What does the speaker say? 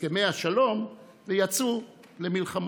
נבואות הנביאים הולכות ומתגשמות לנגד עינינו.